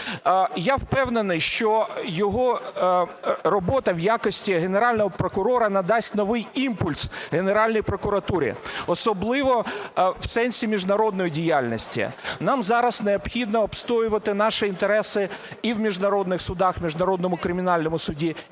Я впевнений, що його робота в якості Генерального прокурора надасть новий імпульс Генеральній прокуратурі особливо в сенсі міжнародної діяльності. Нам зараз необхідно обстоювати наші інтереси і в міжнародних судах, в Міжнародному кримінальному суді,